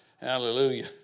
Hallelujah